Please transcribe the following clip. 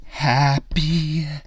Happy